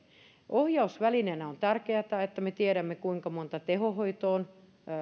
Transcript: ohjausvälineenä on tärkeätä että me tiedämme kuinka monta